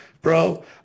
Bro